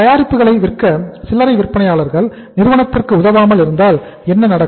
தயாரிப்புகளை விற்க சில்லறை விற்பனையாளர் நிறுவனத்திற்கு உதவாமல் இருந்தால் என்ன நடக்கும்